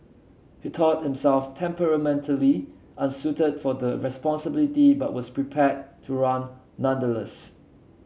he thought himself temperamentally unsuited for the responsibility but was prepared to run nonetheless